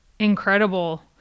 Incredible